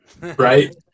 right